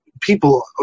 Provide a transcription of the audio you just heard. people